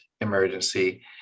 emergency